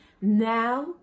Now